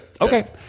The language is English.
Okay